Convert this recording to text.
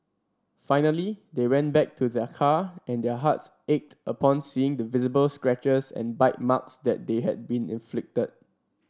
finally they went back to their car and their hearts ached upon seeing the visible scratches and bite marks that had been inflicted